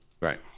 Right